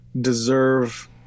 deserve